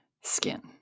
skin